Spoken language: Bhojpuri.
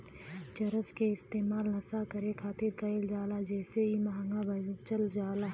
चरस के इस्तेमाल नशा करे खातिर कईल जाला जेसे इ महंगा बेचल जाला